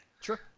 Sure